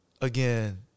Again